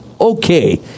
okay